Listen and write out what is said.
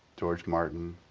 george martin,